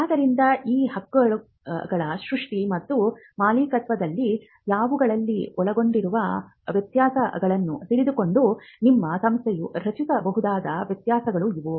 ಆದ್ದರಿಂದ ಈ ಹಕ್ಕುಗಳ ಸೃಷ್ಟಿ ಮತ್ತು ಮಾಲೀಕತ್ವದಲ್ಲಿ ಇವುಗಳಲ್ಲಿ ಒಳಗೊಂಡಿರುವ ವ್ಯತ್ಯಾಸಗಳನ್ನು ತಿಳಿದುಕೊಂಡು ನಿಮ್ಮ ಸಂಸ್ಥೆಯು ರಚಿಸಬಹುದಾದ ವ್ಯತ್ಯಾಸಗಳು ಇವು